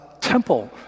temple